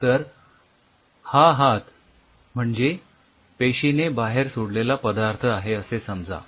तर माझा हा हात म्हणजे पेशीने बाहेर सोडलेला पदार्थ आहे असे समजा